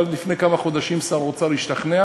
אבל לפני כמה חודשים שר האוצר השתכנע